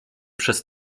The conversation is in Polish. przez